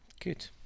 Good